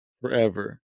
forever